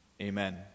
amen